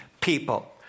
people